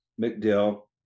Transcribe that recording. mcdill